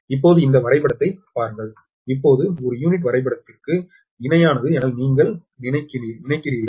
இப்போது இந்த வரைபடத்தைப் பாருங்கள் இப்போது ஒரு யூனிட் வரைபடத்திற்கு இணையானது என நீங்கள் காண்கிறீர்கள்